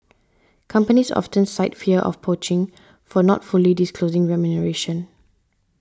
companies often cite fear of poaching for not fully disclosing remuneration